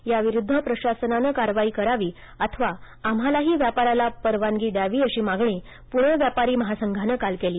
याविरुद्ध प्रशासनानं कारवाई करावी अथवा आम्हालाही व्यापाराला परवानगी द्यावी अशी मागणी पुणे व्यापारी महासंघाने काल केली